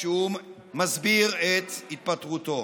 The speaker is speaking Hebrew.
כשהוא מסביר את התפטרותו: